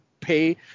pay